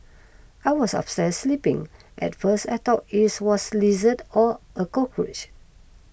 I was upstairs sleeping at first I thought is was lizard or a cockroach